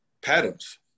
patterns